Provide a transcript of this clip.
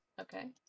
Okay